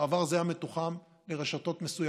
בעבר זה היה מתוחם לרשתות מסוימות,